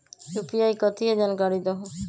UPI कथी है? जानकारी दहु